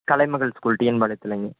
Kalaimagal school TN பாளையத்துலேருந்து